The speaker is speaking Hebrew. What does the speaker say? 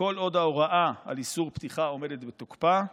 כל עוד ההוראה על איסור פתיחה עומדת בתוקפה,